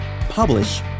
publish